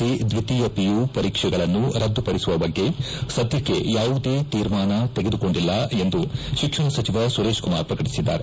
C ದ್ವಿತೀಯ PU ಪರೀಕ್ಷೆಗಳನ್ನು ರದ್ದುಪಡಿಸುವ ಬಗ್ಗೆ ಸದ್ದಕ್ಷೆ ಯಾವುದೇ ತೀರ್ಮಾನ ತೆಗೆದುಕೊಂಡಿಲ್ಲ ಎಂದು ಶಿಕ್ಷಣ ಸಚಿವ ಸುರೇಶಕುಮಾರ್ ಪ್ರಕಟಿಸಿದ್ದಾರೆ